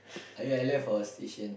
I mean I left for a station